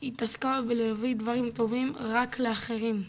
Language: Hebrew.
היא התעסקה בלהביא דברים טובים רק לאחרים,